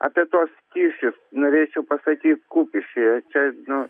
apie tuos kyšius norėčiau pasakyt kupiškyje čia nu